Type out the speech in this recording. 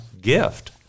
gift